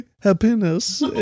Happiness